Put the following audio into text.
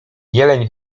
jeleń